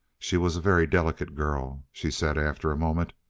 she was a very delicate girl, she said after a moment.